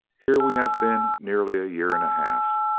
here we have been nearly a year and a half.